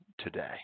today